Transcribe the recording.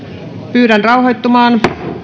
pyydän rauhoittumaan